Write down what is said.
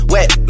Wet